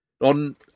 On